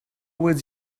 would